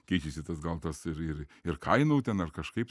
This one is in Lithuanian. keičiasi tas gal tas ir ir ir kainų ten ar kažkaip